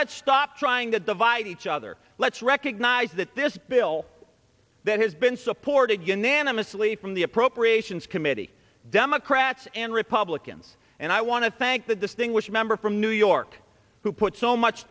let's stop trying to divide each other let's recognize that this bill that has been supported unanimously from the appropriations committee democrats and republicans and i want to thank the distinguished member from new york who put so much